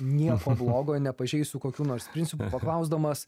nieko blogo nepažeisiu kokių nors principų paklausdamas